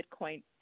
Bitcoin